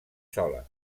sola